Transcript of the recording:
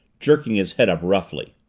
jerking his head up roughly.